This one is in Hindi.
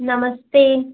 नमस्ते